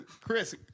Chris